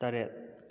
ꯇꯔꯦꯠ